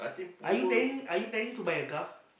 are you planning are you planning to buy a car